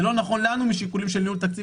זה לא נכון לנו משיקולים של ניהול תקציב